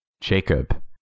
Jacob